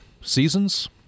seasons